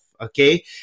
Okay